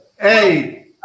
Hey